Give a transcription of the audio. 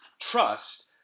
trust